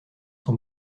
sont